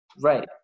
Right